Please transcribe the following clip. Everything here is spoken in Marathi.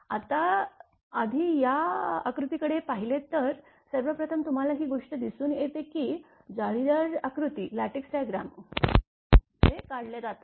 आता आधी या आकृतीकडे पाहिले तर सर्वप्रथम तुम्हाला ही गोष्ट दिसून येते की जाळीदार आकृती कशा प्रकारे काढल्या जातात